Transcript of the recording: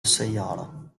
السيارة